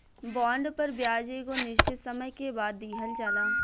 bond पर ब्याज एगो निश्चित समय के बाद दीहल जाला